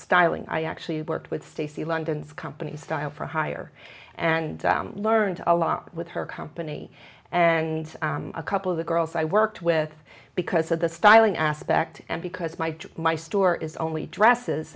styling i actually worked with stacy london's company style for hire and learned a lot with her company and a couple of the girls i worked with because of the styling aspect and because my my store is only dresses